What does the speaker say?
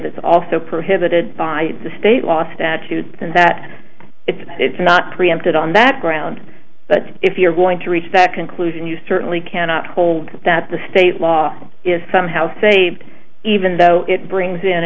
that's also prohibited by the state law statute and that it's not preempted on that ground but if you're going to reach that conclusion you certainly cannot hold that the state law is somehow saved even though it brings in a